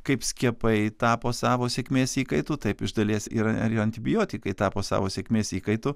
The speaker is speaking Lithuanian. kaip skiepai tapo savo sėkmės įkaitu taip iš dalies yra ir antibiotikai tapo savo sėkmės įkaitu